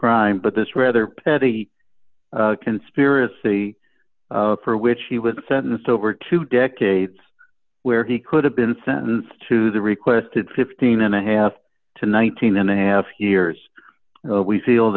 crime but this rather petty conspiracy for which he was sentenced over two decades where he could have been sentenced to the requested fifteen and a half to nineteen and a half years we feel